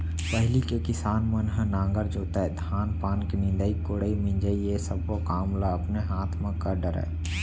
पहिली के किसान मन ह नांगर जोतय, धान पान के निंदई कोड़ई, मिंजई ये सब्बो काम ल अपने हाथ म कर डरय